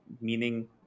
meaning